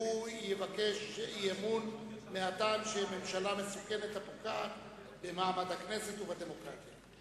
שיבקש אי-אמון מהטעם שהממשלה המסוכנת פוגעת במעמד הכנסת ובדמוקרטיה.